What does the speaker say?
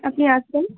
আপনি আসবেন